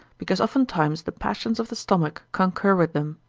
because oftentimes the passions of the stomach concur with them.